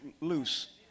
loose